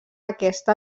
aquesta